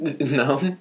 No